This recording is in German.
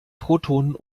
protonen